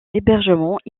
l’hébergement